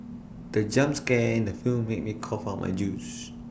the jump scare in the film made me cough out my juice